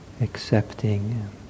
accepting